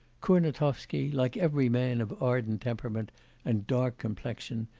kurnatovsky, like every man of ardent temperament and dark complexion,